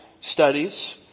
studies